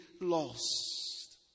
lost